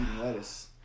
lettuce